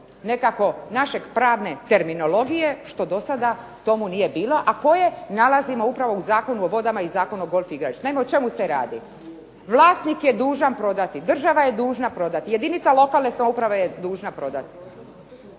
nekako naše pravne terminologije, što do sada tomu nije bila, a koje nalazimo upravo u Zakonu o vodama i Zakonu o golf igralištima. Naime, o čemu se radi? Vlasnik je dužan prodati, država je dužna prodati, jedinica lokalne samouprave je dužna prodati.